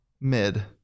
Mid